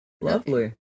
lovely